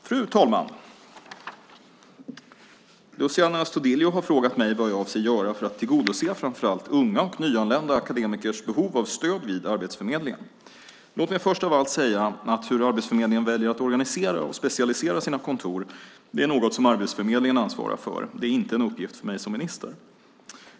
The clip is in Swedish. Fru talman! Luciano Astudillo har frågat mig vad jag avser att göra för att tillgodose framför allt unga och nyanlända akademikers behov av stöd från Arbetsförmedlingen. Låt mig först av allt säga att hur Arbetsförmedlingen väljer att organisera och specialisera sina kontor är något som Arbetsförmedlingen ansvarar för. Det är inte en uppgift för mig som minister.